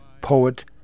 poet